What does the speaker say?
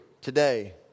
today